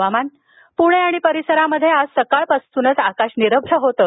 हवामान पूणे आणि परिसरांत आज सकाळपासूनच आकाश निरभ्र होतं